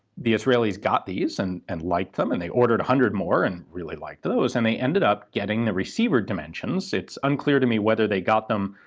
the israelis got these and and liked them, and they ordered a hundred more, and really liked those. and they ended up getting the receiver dimensions it's unclear to me whether they got them,